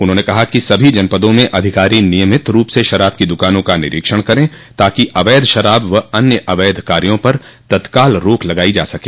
उन्होंने कहा कि सभी जनपदों में अधिकारी नियमित रूप से शराब की दुकानों का निरीक्षण करं ताकि अवैध शराब व अन्य अवैध कार्यो पर तत्काल रोक लगायी जा सके